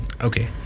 okay